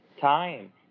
time